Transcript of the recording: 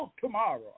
tomorrow